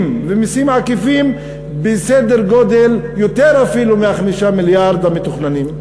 ומסים עקיפים בסדר-גודל גדול יותר אפילו מ-5 מיליארד המתוכננים?